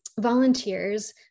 volunteers